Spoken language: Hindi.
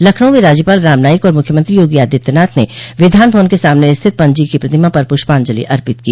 लखनऊ में राज्यपाल राम नाईक और मुख्यमंत्री योगी आदित्यनाथ ने विधानभवन के सामने स्थित पंत जी की प्रतिमा पर पुष्पांजलि अर्पित की